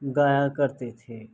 گایا کرتے تھے